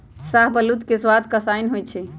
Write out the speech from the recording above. शाहबलूत के सवाद कसाइन्न होइ छइ